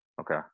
okay